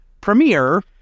premiere